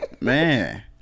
Man